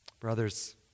Brothers